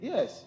Yes